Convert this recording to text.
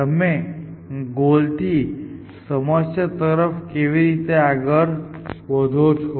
તમે ગોલ થી સમસ્યા તરફ કેવી રીતે આગળ વધો છો